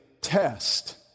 test